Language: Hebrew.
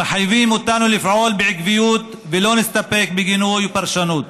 ומחייבים אותנו לפעול בעקביות ולא להסתפק בגינוי ופרשנות.